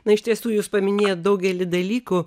na iš tiesų jūs paminėjot daugelį dalykų